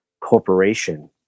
corporation